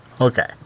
Okay